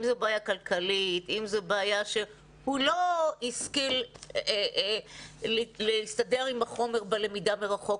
אם זו בעיה כלכלית או הוא לא השכיל להסתדר עם החומר בלמידה מרחוק.